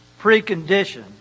precondition